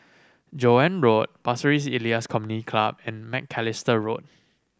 Joan Road Pasir Ris Elias Community Club and Macalister Road